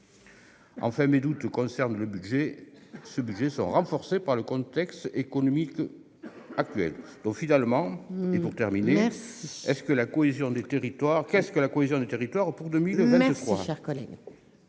Enfin, mes doutes concerne le budget, ce budget sont renforcés par le contexte économique actuel, donc finalement est donc terminée est-ce que la cohésion des territoires qu'est-ce